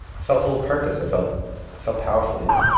i felt full of purpose. i felt felt powerful, even.